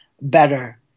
better